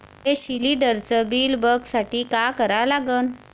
मले शिलिंडरचं बिल बघसाठी का करा लागन?